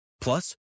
Plus